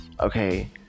okay